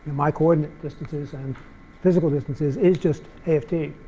my coordinate distances and physical distances, is just a of t.